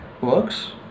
Works